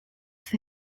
for